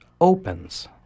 opens